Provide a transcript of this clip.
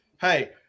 Hey